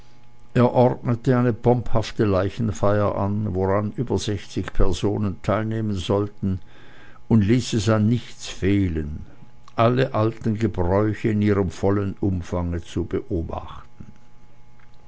er ordnete eine pomphafte leichenfeier an woran über sechzig personen teilnehmen sollten und ließ es an nichts fehlen alle alten gebräuche in ihrem vollen umfange zu beobachten